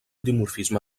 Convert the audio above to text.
dimorfisme